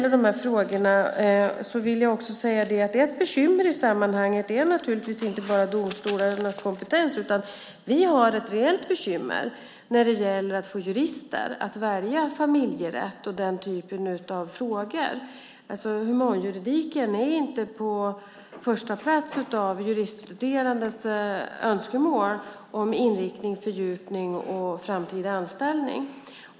Ett bekymmer i sammanhanget är naturligtvis inte bara domstolarnas kompetens, utan vi har ett reellt bekymmer när det gäller att få jurister att välja familjerätt och denna typ av frågor. Humanjuridiken är inte på förstaplats bland juriststuderandes önskemål om inriktning, fördjupning och framtida anställning.